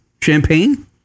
champagne